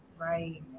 Right